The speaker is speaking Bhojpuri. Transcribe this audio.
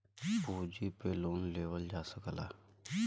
पूँजी पे लोन लेवल जा सकला